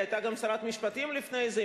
היא גם היתה שרת משפטים לפני זה,